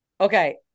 Okay